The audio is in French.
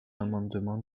l’amendement